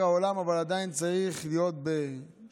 העולם אבל עדיין צריך להיות בשמירה,